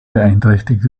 beeinträchtigt